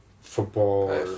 football